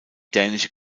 dänische